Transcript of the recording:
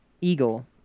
Eagle